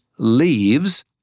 leaves